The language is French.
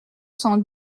cent